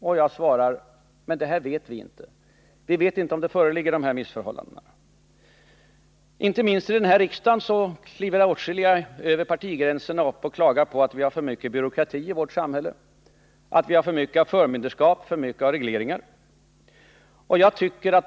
Och jag svarar: Vi vet inte om dessa missförhållanden föreligger. Inte minst här i riksdagen är det åtskilliga inom samtliga partier som klagar över att vi har för mycket byråkrati i vårt samhälle, att vi har för mycket av förmynderskap, för mycket av regleringar.